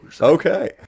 okay